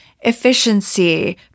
efficiency